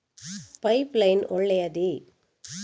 Pipe line ಒಳ್ಳೆಯದೇ?